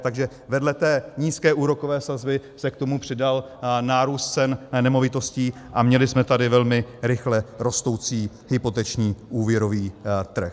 Takže vedle nízké úrokové sazby se k tomu přidal nárůst cen nemovitostí a měli jsme tady velmi rychle rostoucí hypoteční úvěrový trh.